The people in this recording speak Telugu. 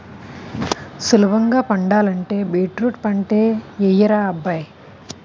సులభంగా పండించాలంటే బీట్రూట్ పంటే యెయ్యరా అబ్బాయ్